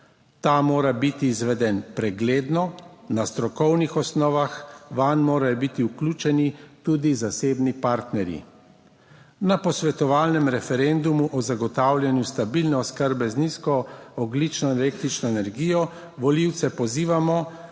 Ta mora biti izveden pregledno, na strokovnih osnovah, vanj morajo biti vključeni tudi zasebni partnerji. Na posvetovalnem referendumu o zagotavljanju stabilne oskrbe z nizko ogljično električno energijo volivce pozivamo,